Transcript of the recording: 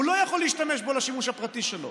הוא לא יכול להשתמש בו לשימוש הפרטי שלו,